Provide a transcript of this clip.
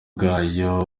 bwabo